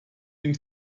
den